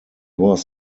was